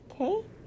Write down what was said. Okay